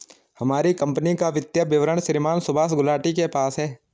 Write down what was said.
हमारी कम्पनी का वित्तीय विवरण श्रीमान सुभाष गुलाटी के पास है